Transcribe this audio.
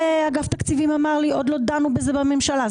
ואגף תקציבים אמר לי עוד לא דנו בזה בממשלה.